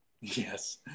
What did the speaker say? Yes